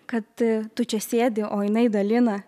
kad tu čia sėdi o jinai dalina